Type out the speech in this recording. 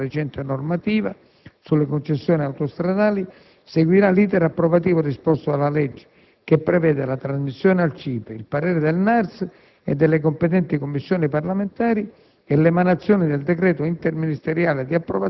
Lo schema di convenzione, elaborato in conformità alla recente normativa sulle concessioni autostradali, seguirà l'*iter* approvativo disposto dalla legge, che prevede la trasmissione al CIPE, il parere del NARS e delle competenti Commissioni parlamentari,